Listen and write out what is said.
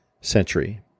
century